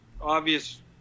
obvious